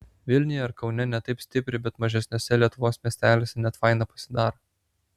vilniuje ar kaune ne taip stipriai bet mažesniuose lietuvos miesteliuose net faina pasidaro